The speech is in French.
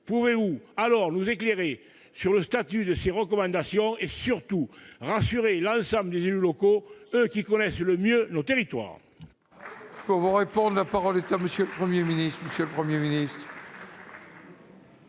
Pouvez-vous alors nous éclairer sur le statut de ces recommandations et, surtout, rassurer l'ensemble des élus locaux, eux qui connaissent le mieux nos territoires ? Bravo, il a raison ! La parole est à M. le Premier ministre.